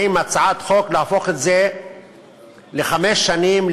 באים בהצעת חוק להפוך את זה לחמש שנים,